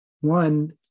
one